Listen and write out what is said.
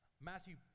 Matthew